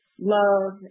love